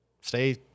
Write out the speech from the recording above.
stay